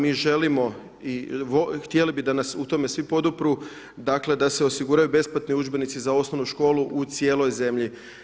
Mi želimo i htjeli bismo da nas u tome svi podupru dakle da se osiguraju besplatni udžbenici za osnovnu školu u cijeloj zemlji.